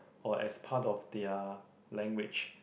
or as part of their language